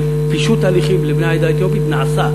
פישוט הליכים לבני העדה האתיופית נעשה,